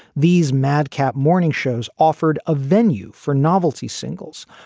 these madcap morning shows offered a venue for novelty singles,